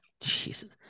Jesus